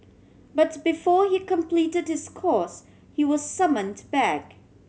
but before he completed his course he was summoned back